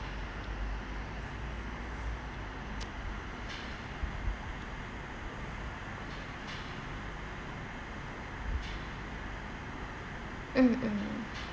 mm mm